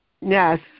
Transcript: Yes